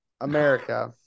America